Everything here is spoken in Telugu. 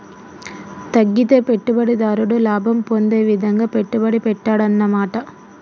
తగ్గితే పెట్టుబడిదారుడు లాభం పొందే విధంగా పెట్టుబడి పెట్టాడన్నమాట